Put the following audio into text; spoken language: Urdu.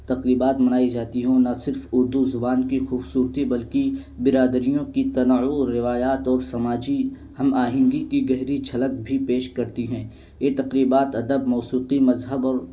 تقریبات منائی جاتی ہوں نہ صرف اردو زبان کی خوبصورتی بلکہ برادریوں کی تناعع روایات اور سماجی ہم آہنگی کی گہری چھلک بھی پیش کرتی ہیں یہ تقریبات ادب موسیوقی مذہب اور